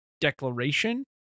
declaration